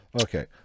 okay